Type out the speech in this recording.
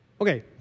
Okay